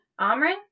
Amrin